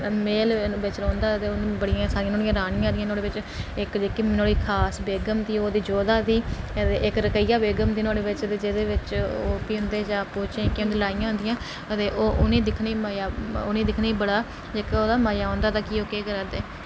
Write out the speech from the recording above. मैह्ल बिच रौहंदा ते बड़ियां सारियां नुहाड़ियां रानियां न नुहाड़े च इक्क जेह्ड़ी खास बेगम थी ओह् जोधा थी इक्क रुकैया बेगम थी जेह्दे बिच भी ओह् आपूं बिचें के लड़ाइयां होंदियां ते उनें दिक्खने गी मज़ा बड़ा मज़ा ते इक्क ओह्दा मज़ा होंदा कि ओह् केह् करा दे